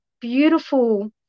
beautiful